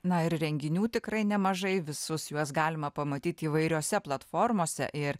na ir renginių tikrai nemažai visus juos galima pamatyti įvairiose platformose ir